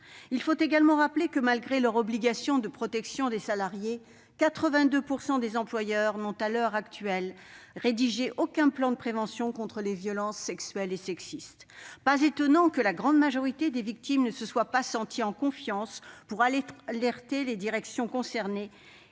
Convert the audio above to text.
Il faut également rappeler que, malgré leur obligation de protection des salariés, 82 % des employeurs n'ont, à l'heure actuelle, rédigé aucun plan de prévention contre les violences sexuelles et sexistes. Il n'est donc pas étonnant que la grande majorité des victimes ne se sentent pas en confiance pour alerter les directions concernées,